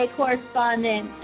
correspondent